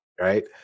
Right